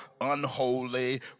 unholy